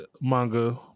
manga